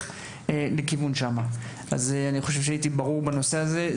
אני חושב שאני הייתי ברור בנושא הזה.